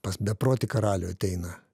pas beprotį karalių ateina